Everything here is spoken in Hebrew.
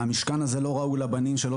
המשכן הזה לא ראוי לבנים שלו,